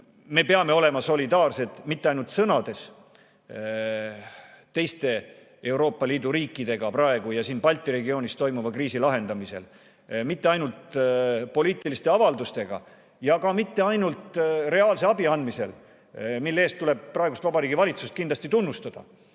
Me peame olema praegu solidaarsed mitte ainult sõnades teiste Euroopa Liidu riikidega ja siin Balti regioonis toimuva kriisi lahendamisel, mitte ainult poliitiliste avaldustega ja ka mitte ainult reaalse abi andmisel. Selle eest tuleb praegust Vabariigi Valitsust kindlasti tunnustada,